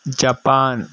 Japan